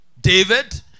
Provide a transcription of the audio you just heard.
David